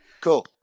Cool